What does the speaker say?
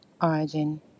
origin